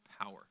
power